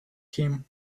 him